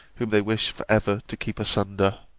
whom they wish for ever to keep asunder!